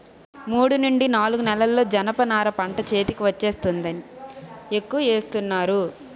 మూడు నుండి నాలుగు నెలల్లో జనప నార పంట చేతికి వచ్చేస్తుందని ఎక్కువ ఏస్తున్నాను